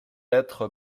être